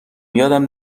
یادم